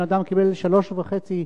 שבן-אדם קיבל שלוש שנים וחצי